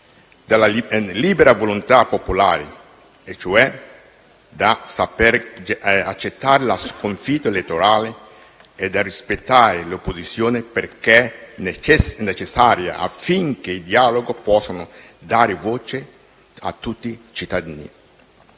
della libera volontà popolare e cioè dal saper accettare la sconfitta elettorale e dal rispettare l'opposizione, perché necessaria affinché sia data voce a tutti i cittadini.